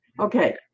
Okay